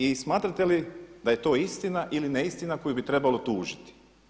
I smatrate li da je to istina ili neistina koju bi trebalo tužiti?